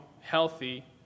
healthy